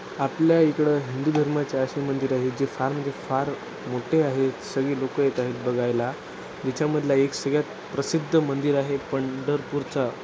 आपल्या इकडं हिंदू धर्माचे अशी मंदिर आहेत जे फार म्हणजे फार मोठे आहेत सगळी लोकं येत आहेत बघायला ज्याच्यामधला एक सगळ्यात प्रसिद्ध मंदिर आहे पंढरपूरचा